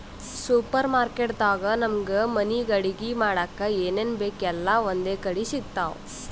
super market ದಾಗ್ ನಮ್ಗ್ ಮನಿಗ್ ಅಡಗಿ ಮಾಡಕ್ಕ್ ಏನೇನ್ ಬೇಕ್ ಎಲ್ಲಾ ಒಂದೇ ಕಡಿ ಸಿಗ್ತಾವ್